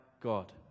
God